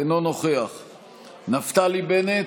אינו נוכח נפתלי בנט,